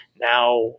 Now